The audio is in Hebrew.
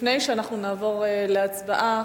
לפני שאנחנו נעבור להצבעה,